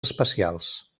especials